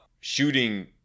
shooting